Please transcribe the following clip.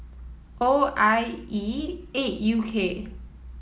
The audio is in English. O I E eight U K